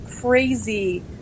crazy